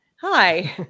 Hi